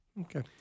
Okay